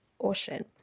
Ocean